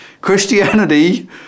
Christianity